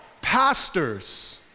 pastors